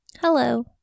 Hello